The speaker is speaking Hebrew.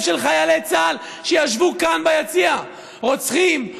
של חיילי צה"ל שישבו כאן ביציע "רוצחים",